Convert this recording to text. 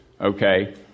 okay